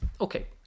Okay